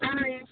yes